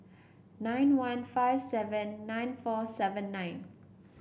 nine one five seven nine four seven nine